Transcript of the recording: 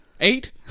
eight